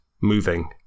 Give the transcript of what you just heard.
moving